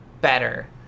better